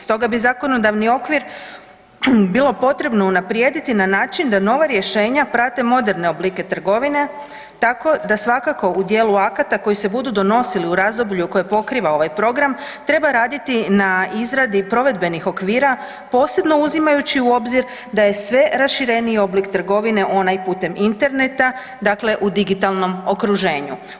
Stoga bi zakonodavni okvir bilo potrebno unaprijediti na način da nova rješenja prate moderne oblike trgovine tako da svakako u dijelu akata koji se budu donosili u razdoblju koje pokriva ovaj program treba raditi na izradi provedbenih okvira posebno uzimajući u obzir da je sve rašireniji oblik trgovine onaj putem interneta, dakle u digitalnom okruženju.